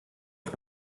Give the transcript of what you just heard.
auf